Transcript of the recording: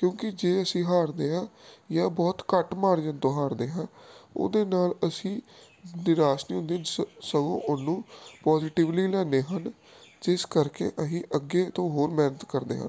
ਕਿਉਂਕਿ ਜੇ ਅਸੀਂ ਹਾਰਦੇ ਹਾਂ ਜਾਂ ਬਹੁਤ ਘੱਟ ਮਾਰਜਨ ਤੋਂ ਹਾਰਦੇ ਹਾਂ ਉਹਦੇ ਨਾਲ ਅਸੀਂ ਨਿਰਾਸ਼ ਨਹੀਂ ਹੁੰਦੇ ਸ ਸਗੋਂ ਉਹਨੂੰ ਪੋਜਿਟੀਵਿਲੀ ਲੈਂਦੇ ਹਨ ਜਿਸ ਕਰਕੇ ਅਸੀਂ ਅੱਗੇ ਤੋਂ ਹੋਰ ਮਿਹਨਤ ਕਰਦੇ ਹਾਂ